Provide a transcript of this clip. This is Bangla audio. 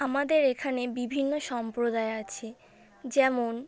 আমাদের এখানে বিভিন্ন সম্প্রদায় আছে যেমন